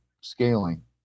scaling